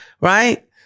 right